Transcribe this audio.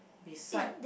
beside